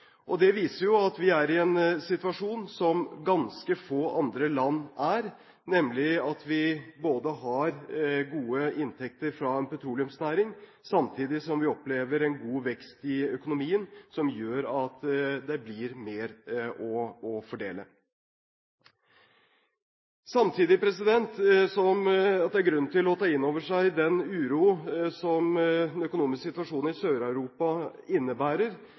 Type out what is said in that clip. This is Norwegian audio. Det viser at vi er i en situasjon som ganske få andre land er i, nemlig at vi både har gode inntekter fra en petroleumsnæring og samtidig opplever en god vekst i økonomien, som gjør at det blir mer å fordele. Samtidig som det er grunn til å ta inn over seg den uro som den økonomiske situasjonen i Sør-Europa innebærer,